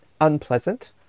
unpleasant